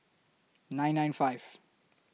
nine nine five